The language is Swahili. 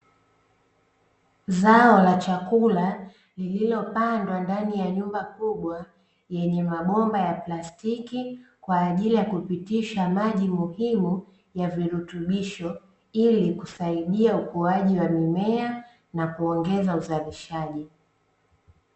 Zao la chakula lililopandwa ndani ya nyumba kubwa, yenye mabomba ya plastiki kwa ajili ya kupitisha maji muhimu ya virutubisho, ili kusaidia ukuaji wa mimea na kuongeza uzalishaji.